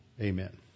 Amen